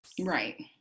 Right